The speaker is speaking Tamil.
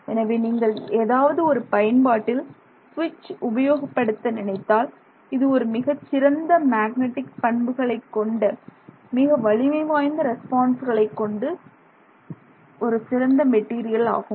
எனவே நீங்கள் ஏதாவது ஒரு பயன்பாட்டில் சுவிட்ச் உபயோகப்படுத்த நினைத்தால் இது ஒரு மிகச்சிறந்த மேக்னெட்டிக் பண்புகளைக் கொண்ட மிக வலிமை வாய்ந்த ரெஸ்பான்சுகளைக் கொண்டு ஒரு சிறந்த மெட்டீரியல் ஆகும்